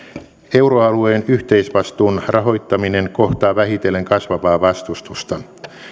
euroalueen yhteisvastuun rahoittaminen kohtaa vähitellen kasvavaa vastustusta